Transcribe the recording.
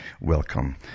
welcome